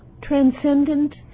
transcendent